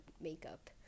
makeup